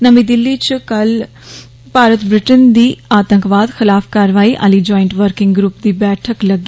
नमीं दिल्ली च कल भारत ब्रिटेन दी आतंकवाद खलाफ कारवाई आह्ली जायंट वर्किंग ग्रुप दी बैठक लग्गी